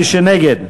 מי שנגד.